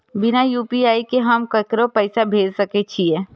बिना यू.पी.आई के हम ककरो पैसा भेज सके छिए?